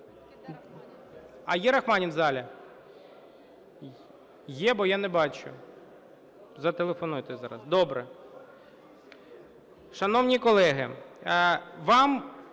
А є Рахманін в залі? Є? Бо я не бачу. Зателефонуйте зараз. Добре. Шановні колеги, вам,